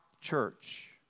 church